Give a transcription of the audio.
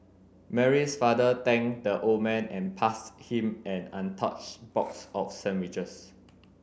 Mary's father thanked the old man and passed him an untouched box of sandwiches